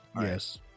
Yes